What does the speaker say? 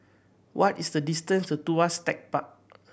what is the distance to Tuas Tech Park